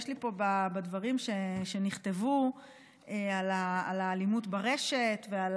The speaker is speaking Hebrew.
יש לי פה דברים שנכתבו על האלימות ברשת ועל